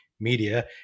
Media